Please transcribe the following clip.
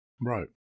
right